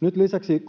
Nyt lisäksi